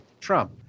Trump